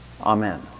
Amen